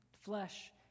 flesh